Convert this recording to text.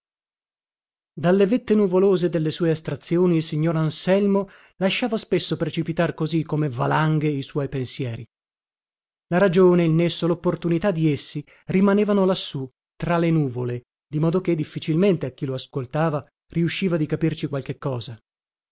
dalle vette nuvolose delle sue astrazioni il signor anselmo lasciava spesso precipitar così come valanghe i suoi pensieri la ragione il nesso lopportunità di essi rimanevano lassù tra le nuvole dimodoché difficilmente a chi lo ascoltava riusciva di capirci qualche cosa